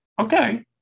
okay